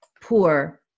poor